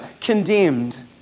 condemned